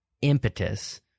impetus